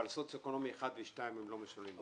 אבל סוציו אקונומי אחד ושתיים לא משלמים מס.